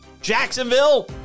Jacksonville